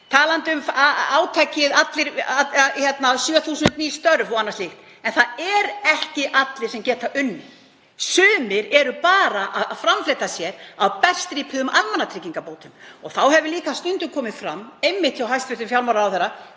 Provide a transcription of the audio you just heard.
talandi um átak um 7.000 ný störf og annað slíkt. En það eru ekki allir sem geta unnið. Sumir eru bara að framfleyta sér á berstrípuðum almannatryggingabótum og þá hefur líka stundum komið fram, einmitt hjá hæstv. fjármálaráðherra,